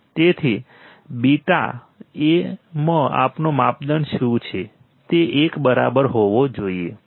તેથી β એ માં આપણો માપદંડ શું છે તે ૧ બરાબર હોવો જોઈએ